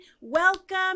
Welcome